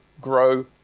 grow